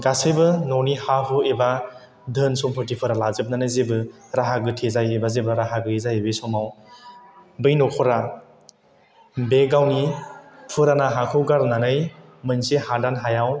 गासैबो न'नि हा हु एबा धोन सम्पतिफोरा लाजोबनानै जेबो राहा गोथे जायो एबा राहा गैयै जायो बे समाव बै न'खरा बे गावनि फुराना हाखौ गारनानै मोनसे हादान हायाव